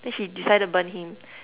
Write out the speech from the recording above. then she decided to burn him